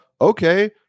okay